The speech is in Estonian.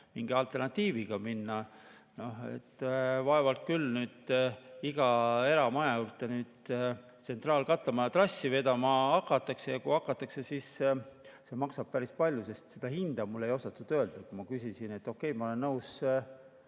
mingi alternatiiviga [välja tulla]. Vaevalt küll iga eramaja juurde nüüd tsentraalkatlamaja trassi vedama hakatakse ja kui hakatakse, siis see maksab päris palju. Seda hinda mulle ei osatud öelda, kui ma küsisin, et okei, ma olen nõus